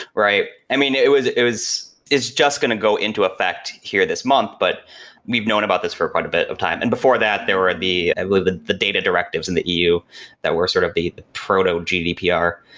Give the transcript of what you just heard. right? i mean, it was it it's just going to go into effect here this month, but we've known about this for quite a bit of time. and before that, there were the, i believe the the data directives in the eu that were sort of the the proto gdpr,